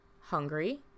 Hungry